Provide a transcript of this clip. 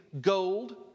gold